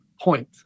point